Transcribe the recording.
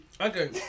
Okay